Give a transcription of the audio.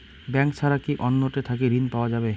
Bank ছাড়া কি অন্য টে থাকি ঋণ পাওয়া যাবে?